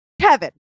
kevin